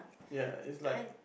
ya it's like